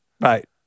Right